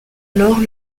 alors